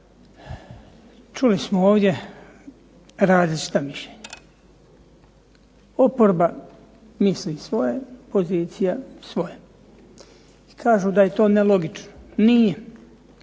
Čuli smo ovdje različita mišljenja. Oporba misli svoje, pozicija svoje i kažu da je to nelogično. Nije!